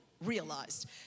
realized